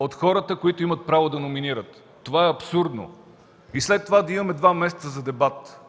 от хората, които имат правото на номинират. Това е абсурдно. И след това – да имаме два месеца за дебат!